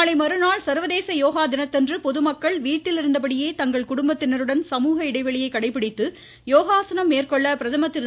இதனிடையே நாளை மறுநாள் சா்வதேச யோகா தினத்தன்று பொதுமக்கள் வீட்டிலிருந்தபடியே தங்கள் குடும்பத்தினருடன் சமூக இடைவெளியை கடைபிடித்து யோகாசனம் மேற்கொள்ள பிரதமர் திரு